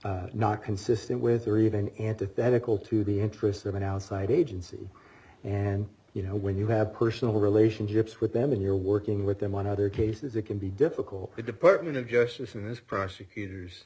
not consistent with or even antithetical to the interest of an outside agency and you know when you have personal relationships with them and you're working with them on other cases it can be difficult for the department of justice and this prosecutor